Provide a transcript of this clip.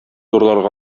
урларга